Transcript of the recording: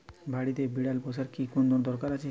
বাড়িতে বিড়াল পোষার কি কোন দরকার আছে?